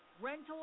Rental